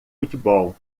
futebol